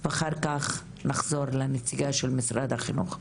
ארליך ולאחר מכן אנחנו נחזור לשמוע את הנציגה של משרד החינוך.